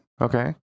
Okay